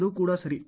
ಅದು ಕೂಡ ಸರಿ